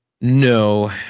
no